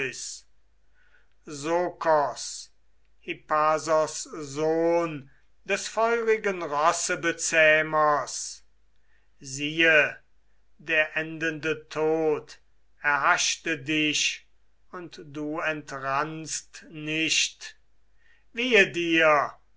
hippasos sohn des feurigen rossebezähmers siehe der endende tod erhaschte dich und du entrannst nicht wehe dir